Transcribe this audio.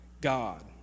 God